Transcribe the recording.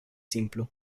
simplu